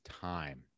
time